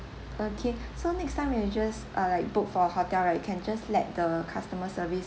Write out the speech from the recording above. okay so next time when you just uh like book for hotel right can just let the customer service